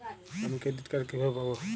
আমি credit card কিভাবে পাবো?